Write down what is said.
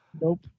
Nope